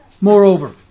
Moreover